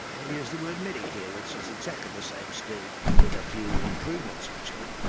they used the word medicare which is exactly the same scheme with a few improvements, actually.